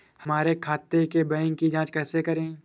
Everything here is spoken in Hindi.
हमारे खाते के बैंक की जाँच कैसे करें?